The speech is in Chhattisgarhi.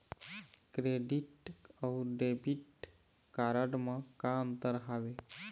क्रेडिट अऊ डेबिट कारड म का अंतर हावे?